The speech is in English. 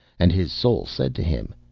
and his soul said to him,